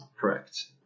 Correct